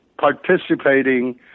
participating